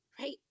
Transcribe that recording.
right